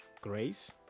grace